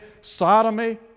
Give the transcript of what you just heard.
sodomy